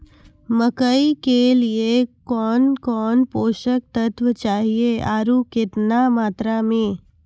मकई के लिए कौन कौन पोसक तत्व चाहिए आरु केतना मात्रा मे?